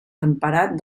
temperat